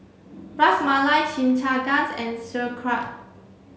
Ras Malai Chimichangas and Sauerkraut